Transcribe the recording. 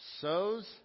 sows